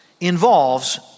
involves